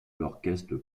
l’orchestre